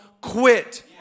quit